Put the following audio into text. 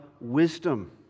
wisdom